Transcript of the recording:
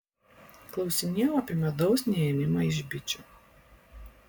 klausinėjau apie medaus neėmimą iš bičių